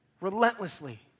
Relentlessly